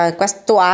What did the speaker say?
questo